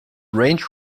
range